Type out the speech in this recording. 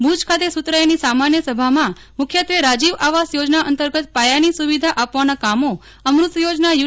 ભુજ ખાતે સુધરાઈની સામાન્યસભામાં મુખ્યત્વે રાજીવ આવાસ યોજના અંતર્ગત પાયા ની સુવિધા આપવાના કામોઅમૃત યોજનાયુ